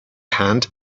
hand